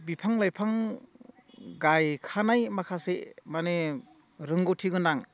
बिफां लाइफां गायखानाय माखासे माने रोंगौथिगोनां